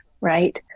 right